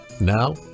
now